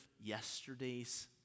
yesterday's